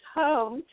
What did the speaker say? home